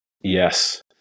Yes